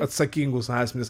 atsakingus asmenis